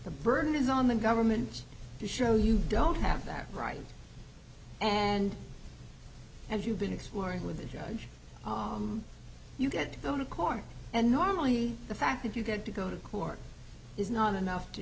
the burden is on the government to show you don't have that right and as you've been explored with the judge you get to go to court and normally the fact that you get to go to court is not enough to